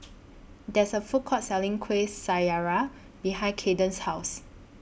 There IS A Food Court Selling Kuih Syara behind Kaiden's House